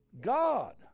God